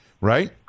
Right